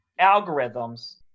algorithms